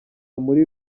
muri